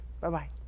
Bye-bye